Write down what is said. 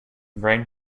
brain